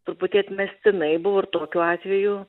truputį atmestinai buvo ir tokių atvejų